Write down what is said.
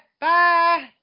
Bye